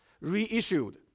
reissued